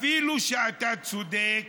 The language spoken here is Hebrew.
אפילו כשאתה צודק,